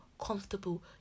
comfortable